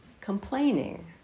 Complaining